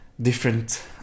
different